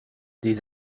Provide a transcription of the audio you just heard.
des